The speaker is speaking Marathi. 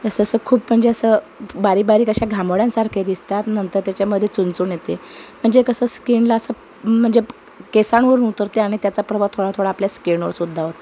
असं असं खूप म्हणजे असं बारीकबारीक अशा घामोळ्यांसारखे दिसतात नंतर त्याच्यामध्ये चुणचुण येते म्हणजे कसं असं स्कीनला असं म्हणजे केसांवरून उतरते आणि त्याचा प्रभाव थोडा थोडा आपल्या स्कीणवर सुद्धा होतो